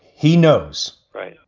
he knows. right.